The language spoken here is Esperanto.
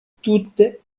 tute